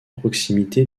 proximité